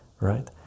right